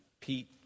Pete